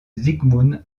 sigmund